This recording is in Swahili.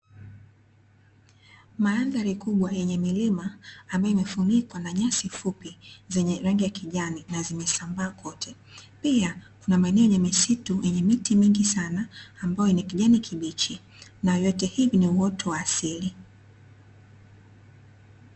Mandhali kubwa yenye milima ambayo imefunikwa na nyasi fupi zenye rangi ya kijani na zimesambaa kote, pia kuna maeneo yenye misitu, yenye miti mingi sana ambayo ni kijani kibichi, na yote hii ni uoto wa asili.